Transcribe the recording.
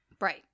Right